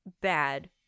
bad